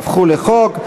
והפכו לחוק.